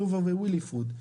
וילי פוד ותנובה,